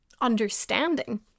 understanding